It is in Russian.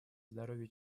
здоровья